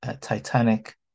Titanic